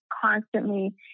constantly